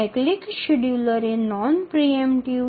cyclic শিডিয়ুলাররা এই অর্থে নন প্রিএমপ্যটিভ